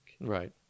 Right